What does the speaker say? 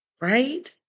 Right